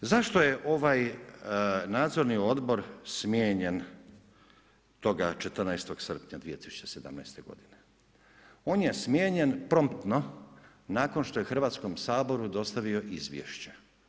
Zašto je ovaj nadzorni odbor smijenjen toga 14. srpnja 2017. godine? on je smijenjen promptno nakon što je Hrvatskom saboru dostavio izvješće.